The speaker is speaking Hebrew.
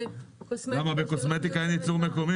למה, בקוסמטיקה יש ייצור מקומי?